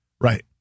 Right